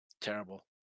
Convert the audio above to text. Terrible